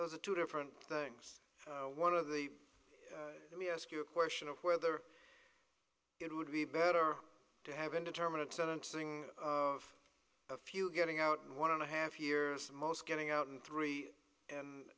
those are two different things one of the let me ask you a question of whether it would be better to have indeterminate sentencing of a few getting out one and a half years most getting out in three and